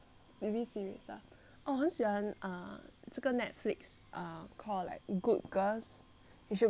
我很喜欢 err 这个 Netflix err called like good girls you should go see eh 真的很好看